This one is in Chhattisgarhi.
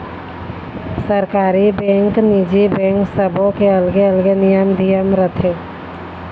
सरकारी बेंक, निजी बेंक सबो के अलगे अलगे नियम धियम रथे